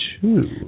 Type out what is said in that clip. two